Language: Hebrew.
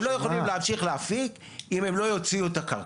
הם לא יכולים להמשיך להפיק אם הם לא יוציאו את הקרקע,